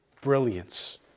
brilliance